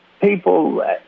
people